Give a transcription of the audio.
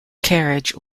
carriage